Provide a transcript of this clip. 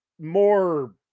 more